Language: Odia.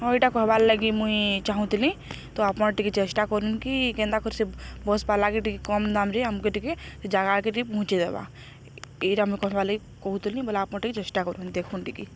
ହଁ ଏଇଟା କହିବାର୍ ଲାଗି ମୁଇଁ ଚାହୁଁଥିଲି ତ ଆପଣ ଟିକେ ଚେଷ୍ଟା କରନ୍ କି କେନ୍ତା କରି ସେ ବସ୍ ପାଇବାଲାଗି ଟିକେ କମ୍ ଦାମରେ ଆମକୁ ଟିକେ ସେ ଜାଗା କେ ଟିକେ ପହଞ୍ଚାଇଦବା ଏଇଟା ଆମେ କହବାର୍ ଲାଗି କହୁଥିଲି ବଲେ ଆପଣ ଟିକେ ଚେଷ୍ଟା କରୁନ୍ ଦେଖନ୍ ଟିକେ